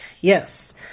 Yes